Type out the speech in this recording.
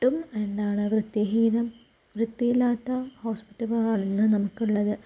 ഒട്ടും എന്താണ് വൃത്തഹീനം വൃത്തിയില്ലാത്ത ഹോസ്പിറ്റലുകൾ ആണെന്ന് നമുക്കുള്ളത്